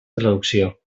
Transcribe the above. traducció